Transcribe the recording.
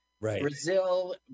Brazil